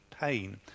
pain